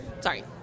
sorry